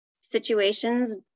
situations